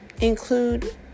include